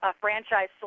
franchise